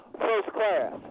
first-class